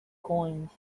coins